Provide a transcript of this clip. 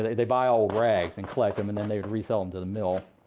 they buy old rags and collect them. and then they'd resell them to the mill.